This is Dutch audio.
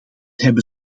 hebben